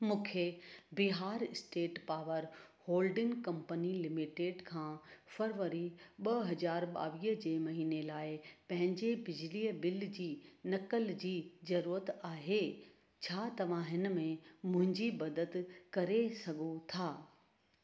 मुूंखे Bihar state power holding company limited खां फरवरी ॿ हज़ार ॿावीह जे महीने लाइ पंहिंजे बिजली बिल जी नक़ल जी ज़रूरत आहे छा तव्हां हिनमें मुंहिंजी मदद करे सघो था